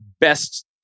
best